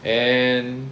and